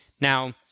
Now